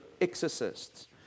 exorcists